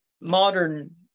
modern